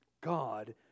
God